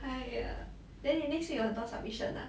!aiya! then 你 next week 有很多 submission ah